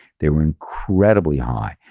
they were incredibly high.